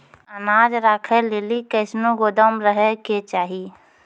अनाज राखै लेली कैसनौ गोदाम रहै के चाही?